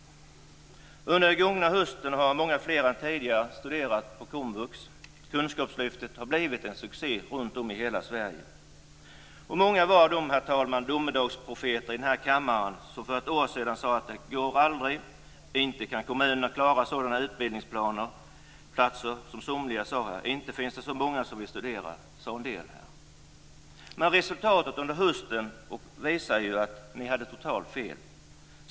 Under den gångna hösten har många fler än tidigare studerat på komvux. Kunskapslyftet har blivit en succé runt om i Sverige. Herr talman! Många var de domedagsprofeter som för ett år sedan i denna kammare sade: Det går aldrig. Inte kan kommunerna klara sådana utbildningsplatser. Andra sade: Inte finns det så många som vill studera. Resultatet under hösten visar att ni hade totalt fel.